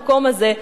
במקום הזה,